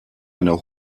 einer